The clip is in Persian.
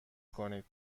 کنید